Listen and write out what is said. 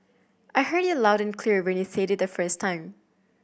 I heard you loud and clear when you said it the first time